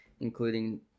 including